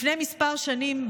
לפני כמה שנים,